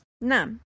No